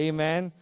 Amen